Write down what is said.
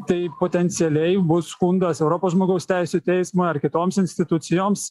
tai potencialiai bus skundas europos žmogaus teisių teismą ar kitoms institucijoms